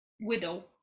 widow